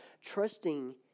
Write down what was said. trusting